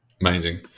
Amazing